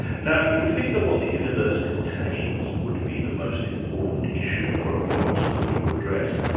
now you would think that what the universe contains would be the most important issue for a philosopher to address,